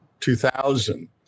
2000